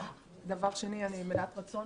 דבר שני, אני מלאת רצון